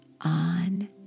on